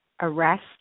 arrest